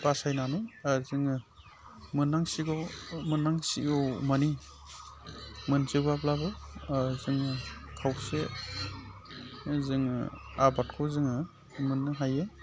बासायनानै जोङो मोननांसिगौ मोननांसिगौ मानि मोनजोबाब्लाबो जोङो खावसे जोङो आबादखौ जोङो मोननो हायो